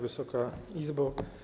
Wysoka Izbo!